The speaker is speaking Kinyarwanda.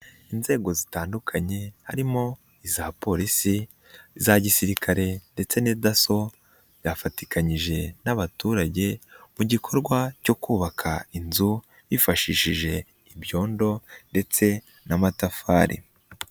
Inzego zitandukanye harimo iza polisi, iza gisirikare ndetse n'i daso, byafatikanyije n'abaturage mu gikorwa cyo kubaka inzu, yifashishije ibyondo ndetse n'amatafari.